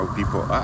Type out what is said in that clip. people